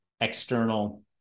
external